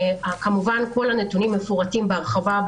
וכל הדברים מפורטים בהרחבה,